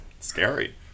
scary